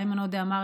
איימן עודה אמר,